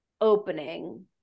opening